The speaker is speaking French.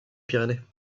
pyrénées